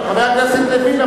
חבר הכנסת לוין,